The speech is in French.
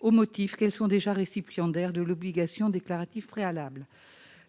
au motif que ces organismes sont déjà récipiendaires de l'obligation déclarative préalable.